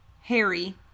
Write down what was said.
Harry